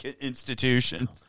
institutions